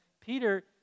Peter